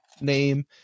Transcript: name